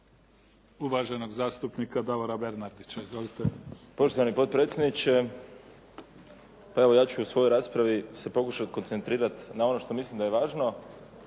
uvaženog zastupnika Davora Bernardića. Izvolite. **Bernardić, Davor (SDP)** Poštovani potpredsjedniče. Evo, ja ću u svojoj raspravi pokušati se koncentrirati na ono što mislim da je važno